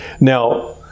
Now